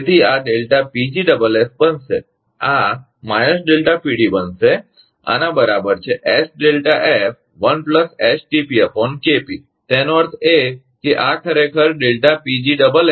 તેથી આ બનશે આ બનશે આના બરાબર છે